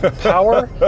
Power